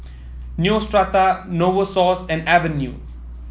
Neostrata Novosource and Avene